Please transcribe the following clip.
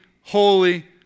holy